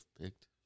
picked